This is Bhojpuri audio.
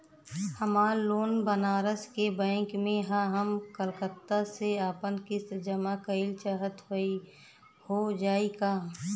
हमार लोन बनारस के बैंक से ह हम कलकत्ता से आपन किस्त जमा कइल चाहत हई हो जाई का?